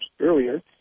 earlier